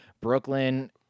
Brooklyn